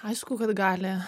aišku kad gali